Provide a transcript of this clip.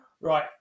Right